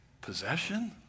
possession